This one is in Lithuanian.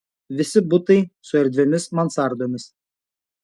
visi butai su erdviomis mansardomis